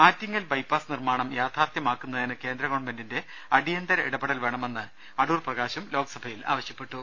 Attingal bypass നിർമ്മാണം യാഥാർത്ഥ്യമാക്കുന്നതിന് കേന്ദ്ര ഗവൺമെന്റിന്റെ അടിയന്തര ഇടപെടൽ വേണമെന്ന് അടൂർ പ്രകാശ് ലോക്സഭയിൽ ആവശ്യ പ്പെട്ടു